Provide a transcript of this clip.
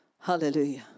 Hallelujah